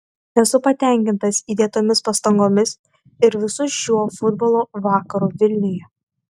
esu patenkintas įdėtomis pastangomis ir visu šiuo futbolo vakaru vilniuje